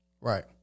Right